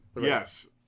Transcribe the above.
Yes